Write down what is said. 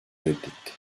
reddetti